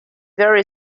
very